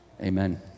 Amen